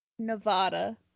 Nevada